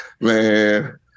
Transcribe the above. man